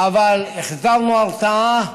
אבל החזרנו הרתעה,